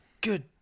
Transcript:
good